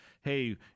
hey